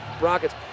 Rockets